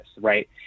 right